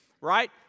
right